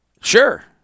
Sure